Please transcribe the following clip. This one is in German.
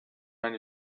eine